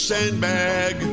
Sandbag